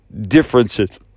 differences